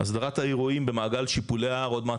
הסדרת האירועים במעגל שיפולי ההר עוד מעט